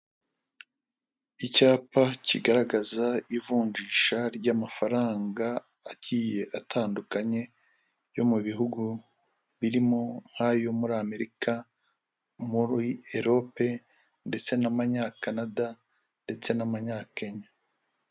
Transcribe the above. Icyapa kigaragaza ivunjisha ry'amafaranga agiye atandukanye, yo mu bihugu birimo nk'ayo muri Amerika, muri Erope ndetse n'amanyakanada ndetse n'amanyakenya.